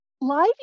live